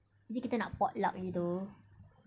is it kita nak potluck gitu